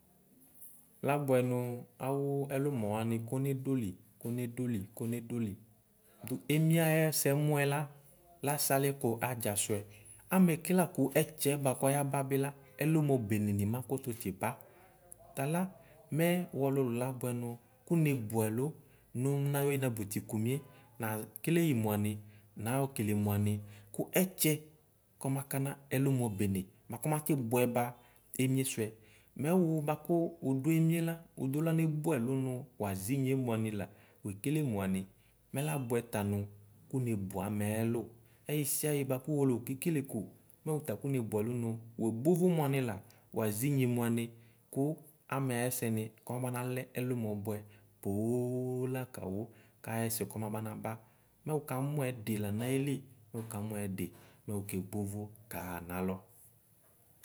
Labʋɛ nʋ awʋ ɛlʋmɔ wani kɔne doli kɔne dde kɔne doli emie ayɛsɛ mʋɛla lasale kʋ adzasʋɛ amɛke lakʋ ɛtsɛ yɛ bʋakʋ ɔyaba bila ɛlʋmɔ beneni makʋfʋ tsiba tala mɛ wʋ ɔlʋlʋ la labʋɛnʋ kʋne bʋ ɛlʋ nʋ nayɔ inabʋtiko emie nakele yi mʋani nayɔ kele mʋani kʋ ɛtsɛ kɛmakana ɛlʋmɔ bene buakɔmaysi bʋɛba emie sʋɛ mɛ wʋ bʋakʋ wʋdʋ emie la wʋdɔla nebʋ ɛli nʋ wazinye mʋani la wekele mʋani mɛ labʋɛta nʋ kʋnebʋ amɛ ayɛlʋ ɛyisiayi bʋakʋ uwolowʋ kekele kʋ mʋ wuta kʋnebʋ ɛlo nʋ wobo yvʋ mʋani la wazinye muani kʋ amɛ ayʋsɛni kɔmalɛ ɛlʋmɔ bʋɛ poo lakawʋ ayɛ sɛ kɔmanaba mɛ wʋkamʋ ɛdila nayele mɛ wʋkamʋ ɛdi mɛ wʋkebo ʋvo kaxa nalɛ.